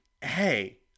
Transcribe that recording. Hey